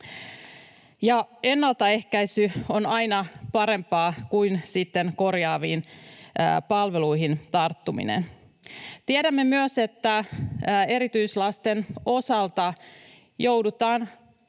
Ennaltaehkäisy on aina parempaa kuin korjaaviin palveluihin tarttuminen. Tiedämme myös, että erityislasten osalta joudutaan